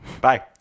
Bye